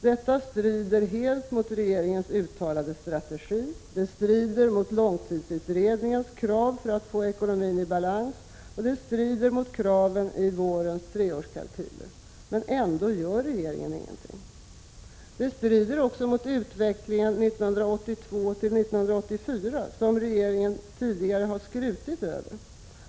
Detta strider mot regeringens uttalade strategi, det strider mot långtidsutredningens krav för att få ekonomin i balans och det strider mot kraven i vårens treårskalkyler. Ändå gör regeringen ingenting! Det strider också mot utvecklingen 1982-1984, som regeringen tidigare skrutit över.